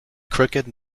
crooked